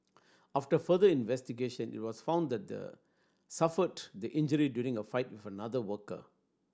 after further investigation it was found that suffered the injury during a fight with another worker